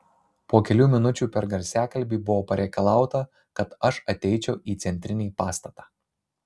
po kelių minučių per garsiakalbį buvo pareikalauta kad aš ateičiau į centrinį pastatą